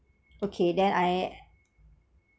okay then I